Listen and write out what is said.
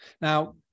Now